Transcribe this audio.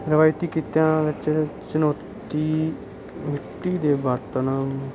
ਰਿਵਾਇਤੀ ਕਿੱਤਿਆਂ ਵਿੱਚ ਚੁਣੌਤੀ ਮਿੱਟੀ ਦੇ ਬਰਤਨ